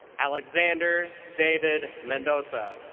alexander david mendoza.